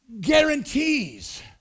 guarantees